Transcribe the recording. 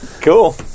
cool